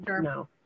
no